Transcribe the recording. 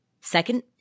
Second